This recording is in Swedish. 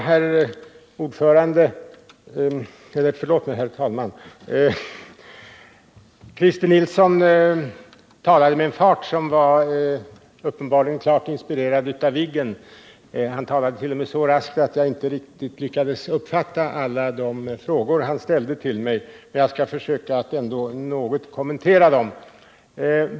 Herr talman! Christer Nilsson talade med en fart som uppenbarligen var klart inspirerad av Viggen. Han talade t.o.m. så raskt, att jag inte riktigt lyckades uppfatta alla de frågor han ställde till mig, men jag skall försöka att ändå något kommentera dem.